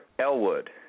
elwood